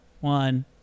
one